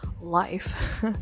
life